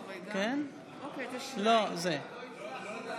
אנחנו עוברים להצבעה בקריאה שלישית.